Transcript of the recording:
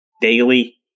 daily